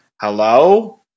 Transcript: hello